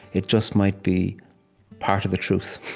it just might be part of the truth.